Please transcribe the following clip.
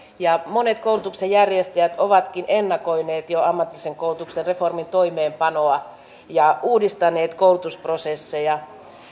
ja monet koulutuksenjärjestäjät ovatkin ennakoineet jo ammatillisen koulutuksen reformin toimeenpanoa ja uudistaneet koulutusprosesseja